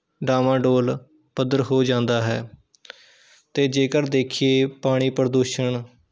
ਡਾਵਾਂ ਡੋਲ ਪੱਧਰ ਹੋ ਜਾਂਦਾ ਹੈ ਅਤੇ ਜੇਕਰ ਦੇਖੀਏ ਪਾਣੀ ਪ੍ਰਦੂਸ਼ਣ